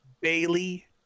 Bailey